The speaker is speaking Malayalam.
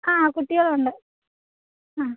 ആ കുട്ടികളുണ്ട് ആ